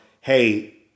hey